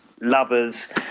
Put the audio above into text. lovers